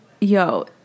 yo